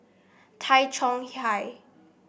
Tay Chong Hai